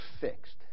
fixed